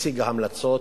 והציגה המלצות.